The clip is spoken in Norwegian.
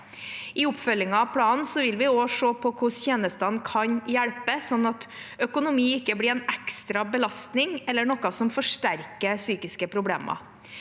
I oppfølgingen av planen vil vi også se på hvordan tjenestene våre kan hjelpe slik at økonomi ikke blir en ekstra belastning eller noe som forsterker psykiske problemer.